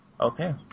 Okay